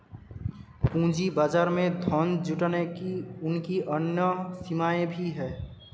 पूंजी बाजार में धन जुटाने की उनकी अन्य सीमाएँ भी हैं